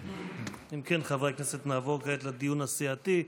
אם כן, חברי הכנסת, נעבור כעת לדיון הסיעתי.